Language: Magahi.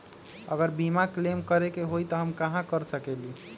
अगर बीमा क्लेम करे के होई त हम कहा कर सकेली?